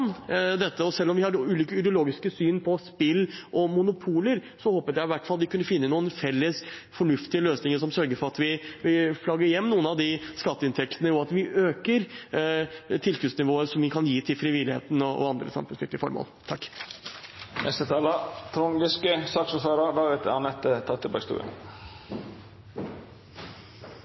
Selv om vi har ulike ideologiske syn på spill og monopoler, håpet jeg i hvert fall at vi kunne finne noen felles fornuftige løsninger, som sørger for at vi flagger hjem noen av skatteinntektene, og at vi øker tilskuddsnivået til frivilligheten og andre samfunnsnyttige formål.